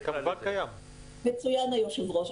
מצוין, היו"ר.